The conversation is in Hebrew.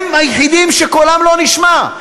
הם היחידים שקולם לא נשמע.